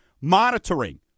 monitoring